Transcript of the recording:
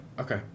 Okay